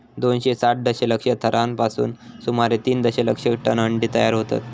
दोनशे साठ दशलक्ष थरांपासून सुमारे तीन दशलक्ष टन अंडी तयार होतत